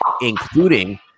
including